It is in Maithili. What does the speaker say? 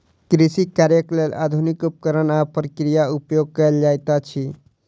कृषि कार्यक लेल आधुनिक उपकरण आ प्रक्रिया उपयोग कयल जाइत अछि